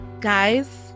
guys